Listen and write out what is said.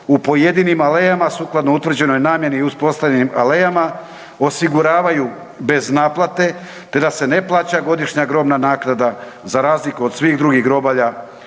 u pojedinim alejama sukladno utvrđenoj namjeni i uspostavljenim alejama osiguravaju bez naplate, te da se ne plaća godišnja grobna naknada za razliku od svih drugih grobalja,